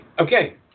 Okay